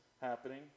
happening